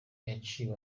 yaciye